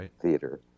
theater